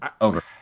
over